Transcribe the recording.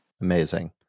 Amazing